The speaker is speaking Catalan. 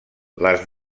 les